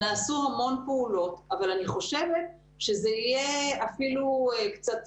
נעשו המון פעולות אבל אני חושבת שזה יהיה אפילו קצת